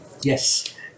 Yes